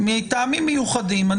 מטעמים מיוחדים.